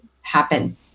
happen